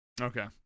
Okay